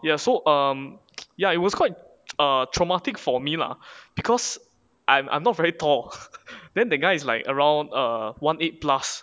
ya so um ya it was quite a traumatic for me lah because I'm I'm not very tall then the guys is like around err one eight plus